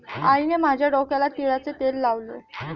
आईने माझ्या डोक्याला तिळाचे तेल लावले